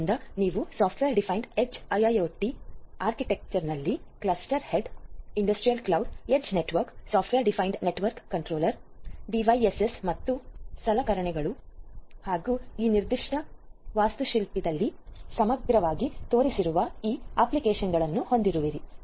ಆದ್ದರಿಂದ ನೀವು software defined edge IIoT ಆರ್ಕಿಟೆಕ್ಚರ್ನಲ್ಲಿ cluster head industrial cloud edge network software defined network controller devices ಮತ್ತು ಸಲಕರಣೆಗಳು ಮತ್ತು ಈ ನಿರ್ದಿಷ್ಟ ಆರ್ಕಿಟೆಕ್ಚರ್ ಸಮಗ್ರವಾಗಿ ತೋರಿಸಿರುವ ಈ ಅಪ್ಲಿಕೇಶನ್ಗಳನ್ನು ಹೊಂದಿರುವಿರಿ